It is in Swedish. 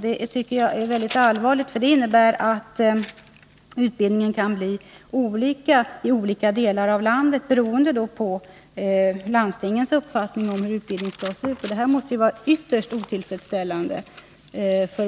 Det tycker jag är väldigt allvarligt, för det innebär att utbildningen kan bli olika i olika delar av landet beroende på landstingens uppfattning om hur den skall se ut. Det måste vara ytterst otillfredsställande